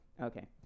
okay